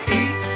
eat